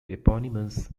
eponymous